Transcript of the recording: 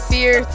Fear